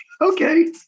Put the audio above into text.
Okay